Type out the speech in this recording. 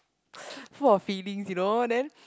full of feelings you know then